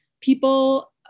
people